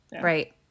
Right